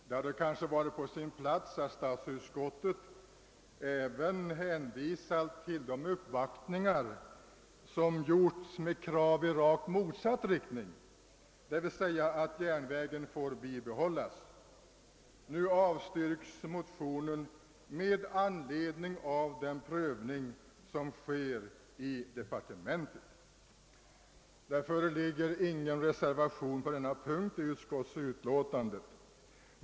Det hade kanske varit på sin plats att statsutskottet även hänvisat till de uppvaktningar med krav 1 motsatt riktning som gjorts, dvs. att järnvägen får bibehållas. Nu avstyrks motionen med anledning av den prövning som sker i departementet. Det föreligger ingen reservation på denna punkt i utskottsutlåtandet.